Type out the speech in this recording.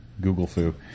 Google-foo